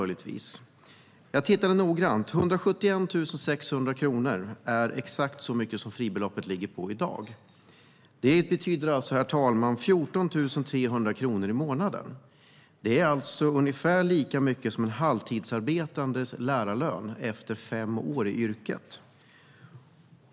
Jag har tittat noggrant, och 171 600 kronor är exakt så mycket som fribeloppet ligger på i dag. Det betyder 14 300 kronor i månaden. Det är alltså ungefär lika mycket som en halvtidsarbetande lärares lön efter fem år i yrket.